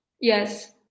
Yes